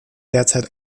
derzeit